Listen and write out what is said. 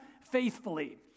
faithfully